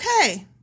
okay